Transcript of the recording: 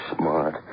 Smart